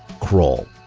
craw.